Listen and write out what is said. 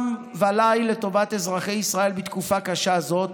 וליל לטובת אזרחי ישראל בתקופה קשה זו.